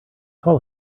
call